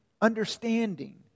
understanding